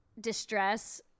distress